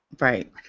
Right